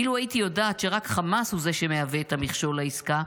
אילו הייתי יודעת שרק חמאס הוא שמהווה את המכשול לעסקה,